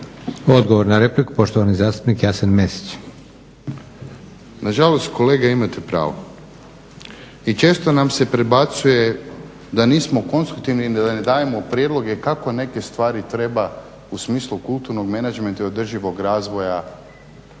Odgovor na repliku, poštovani zastupnik Jasen Mesić. **Mesić, Jasen (HDZ)** Na žalost kolega imate pravo. I često nam se prebacuje da nismo konstruktivni i da ne dajemo prijedloge kako neke stvari treba u smislu kulturnog menadžmenta i održivog razvoja